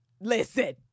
listen